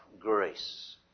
grace